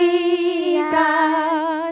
Jesus